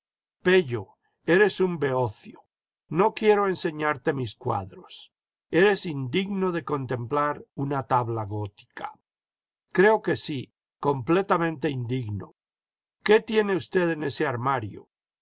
pello eres un beocio no quiero enseñarte mis cuadros eres indigno de contemplar una tabla gótica creo que sí completamente indigno qué tiene usted en ese armario